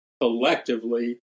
collectively